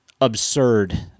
absurd